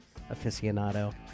aficionado